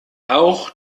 auch